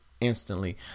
instantly